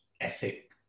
ethic